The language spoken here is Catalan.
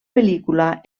pel·lícula